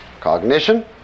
Cognition